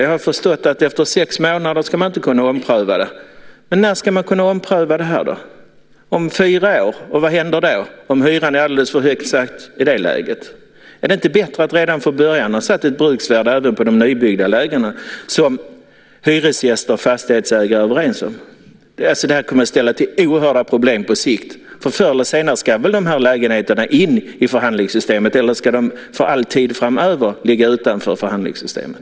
Jag har förstått att efter sex månader ska man inte kunna ompröva hyran. Men när ska man då kunna göra det, om fyra år? Och vad händer om hyran är alldeles för högt satt i det läget? Är det inte bättre att redan från början sätta ett bruksvärde även på de nybyggda lägenheterna som hyresgäster och fastighetsägare är överens om? Det här kommer att ställa till med oerhörda problem på sikt, för förr eller senare ska väl de här lägenheterna in i förhandlingssystemet. Eller ska de för all tid framöver ligga utanför förhandlingssystemet?